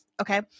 Okay